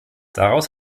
daraus